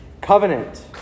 covenant